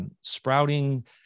sprouting